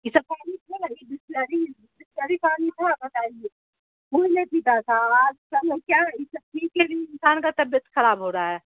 یہ سب پانی بسلری بسلری پانی تھا بتائیے کوئی نہیں پیتا تھا آج کل کیا ہے یہ سب پی کے بھی انسان کا طبیعت خراب ہو رہا ہے